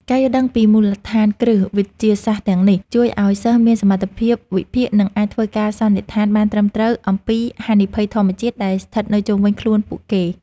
ការយល់ដឹងពីមូលដ្ឋានគ្រឹះវិទ្យាសាស្ត្រទាំងនេះ ជួយឱ្យសិស្សមានសមត្ថភាពវិភាគ និងអាចធ្វើការសន្និដ្ឋានបានត្រឹមត្រូវអំពីហានិភ័យធម្មជាតិដែលស្ថិតនៅជុំវិញខ្លួនពួកគេ។